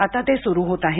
आता ते सुरू होतं आहे